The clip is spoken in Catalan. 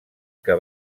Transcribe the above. que